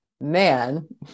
Man